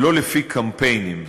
ולא על-פי קמפיינים.